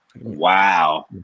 Wow